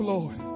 Lord